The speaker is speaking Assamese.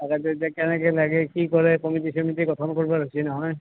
তাকেতো এতিয়া কেনেকৈ লাগে কি কৰে কমিটি চমিটি গঠন কৰিবৰ হৈছি নহয়